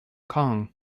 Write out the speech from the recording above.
kong